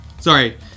Sorry